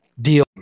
deal